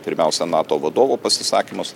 pirmiausia nato vadovų pasisakymus